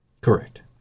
Correct